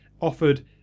offered